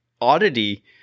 oddity